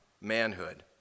manhood